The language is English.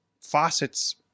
faucets